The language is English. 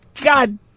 God